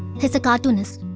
he is a cartoonist.